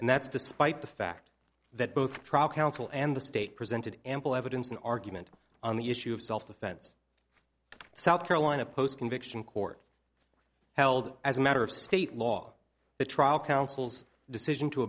and that's despite the fact that both trial counsel and the state presented ample evidence and argument on the issue of self defense south carolina post conviction court held as a matter of state law the trial council's decision to